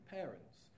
parents